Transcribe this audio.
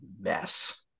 mess